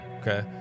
Okay